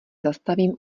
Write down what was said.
zastavím